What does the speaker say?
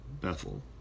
Bethel